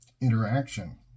interaction